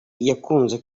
yakunze